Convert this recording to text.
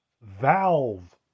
Valve